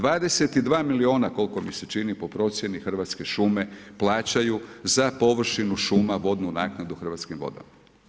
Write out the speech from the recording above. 22 milijuna koliko mi se čini po procjeni Hrvatske šume plaćaju za površinu šuma vodnu naknadu Hrvatskim vodama.